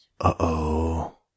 Uh-oh